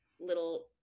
little